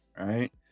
right